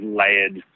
layered